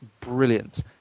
brilliant